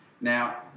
Now